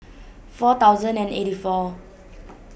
four thousand and eighty four